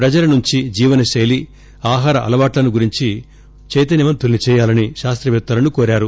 ప్రజలను మంచి జీవనశైలి ఆహార అలవాట్లను గురించి చైతన్యవంతుల్సి చేయాలని శాస్తవేత్తలను కోరారు